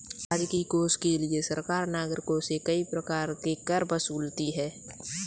राजकीय कोष के लिए सरकार नागरिकों से कई प्रकार के कर वसूलती है